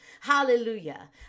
Hallelujah